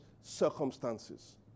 circumstances